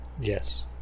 Yes